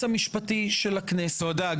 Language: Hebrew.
המשפטי של הכנסת ולא --- תודה,